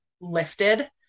lifted